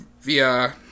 via